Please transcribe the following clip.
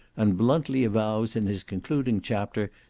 and bluntly avows, in his concluding chapter,